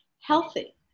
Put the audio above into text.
healthy